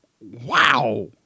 wow